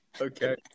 Okay